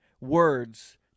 words